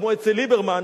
כמו אצל ליברמן,